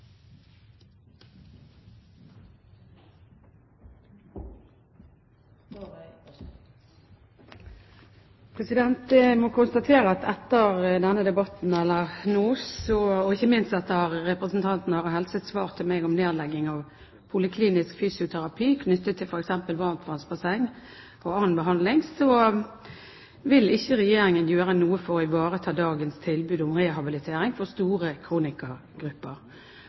ikke minst etter representanten Are Helseths svar til meg om nedlegging av poliklinisk fysioterapi, knyttet til f.eks. varmtvannsbasseng og annen behandling, vil ikke Regjeringen gjøre noe for å ivareta dagens tilbud om rehabilitering for store kronikergrupper.